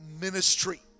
ministry